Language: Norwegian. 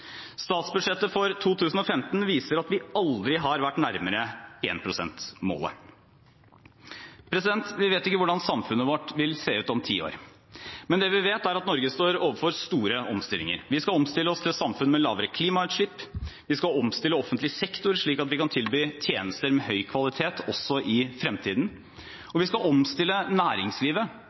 Statsbudsjettet for 2015 viser at vi aldri har vært nærmere énprosentmålet. Vi vet ikke hvordan samfunnet vårt vil se ut om ti år, men det vi vet, er at Norge står overfor store omstillinger. Vi skal omstille oss til et samfunn med lavere klimautslipp, vi skal omstille offentlig sektor slik at vi kan tilby tjenester med høy kvalitet også i fremtiden, og vi skal omstille næringslivet